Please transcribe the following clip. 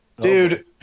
Dude